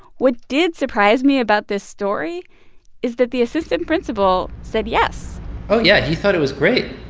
what did surprise me about this story is that the assistant principal said yes oh, yeah, he thought it was great.